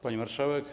Pani Marszałek!